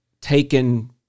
taken